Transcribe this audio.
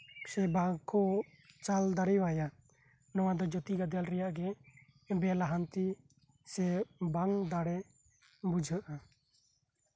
ᱥᱮ ᱵᱟᱠᱚ ᱪᱟᱞ ᱫᱟᱲᱮᱣᱟᱭᱟ ᱱᱚᱶᱟ ᱡᱟᱛᱤ ᱜᱟᱫᱮᱞ ᱨᱮᱭᱟᱜ ᱜᱮ ᱵᱮᱼᱞᱟᱦᱟᱱᱛᱤ ᱥᱮ ᱵᱟᱝ ᱫᱟᱲᱮ ᱵᱩᱡᱷᱟᱹᱜᱼᱟ